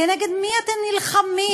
כנגד מי אתם נלחמים?